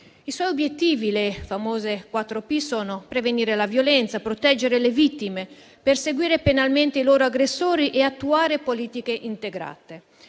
I suoi obiettivi - le famose quattro P - sono: prevenire la violenza, proteggere le vittime, perseguire penalmente i loro aggressori e attuare politiche integrate.